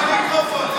סוגרים גם את המיקרופון,